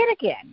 again